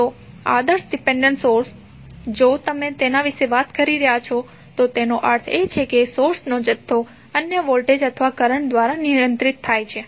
તો આદર્શ dependent source જો તમે તેના વિશે વાત કરી રહ્યાં છો તો તેનો અર્થ એ છે કે સોર્સનો જથ્થો અન્ય વોલ્ટેજ અથવા કરંટ દ્વારા નિયંત્રિત થાય છે